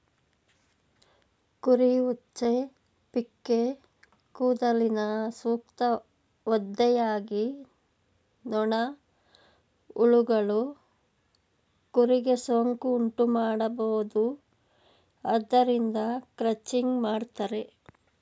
ಕುರಿ ಉಚ್ಚೆ, ಪಿಕ್ಕೇ ಕೂದಲಿನ ಸೂಕ್ತ ಒದ್ದೆಯಾಗಿ ನೊಣ, ಹುಳಗಳು ಕುರಿಗೆ ಸೋಂಕು ಉಂಟುಮಾಡಬೋದು ಆದ್ದರಿಂದ ಕ್ರಚಿಂಗ್ ಮಾಡ್ತರೆ